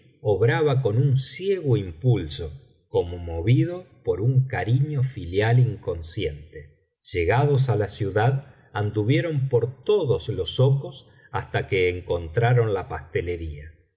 obraba con un ciego impulso como movido por un cariño filial inconsciente llegados á la ciudad anduvieron por todos los zocos hasta que encontraron la pastelería y